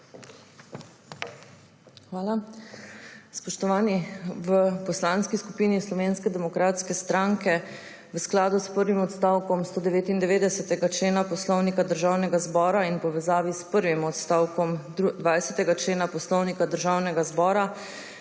Hvala. Spoštovani! V Poslanski skupin Slovenske demokratske stranke v skladu s prvim odstavkom 199. člena Poslovnika Državnega zbora in v povezavi s prvim odstavkom 20. člena Poslovnika Državnega zbora